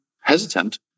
hesitant